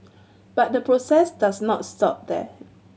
but the process does not stop that